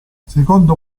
secondo